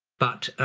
but,